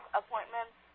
appointments